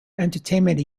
entertainment